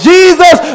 Jesus